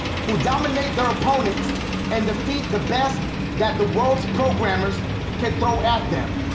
who dominate their opponents and defeat the best that the world's programers can throw at them.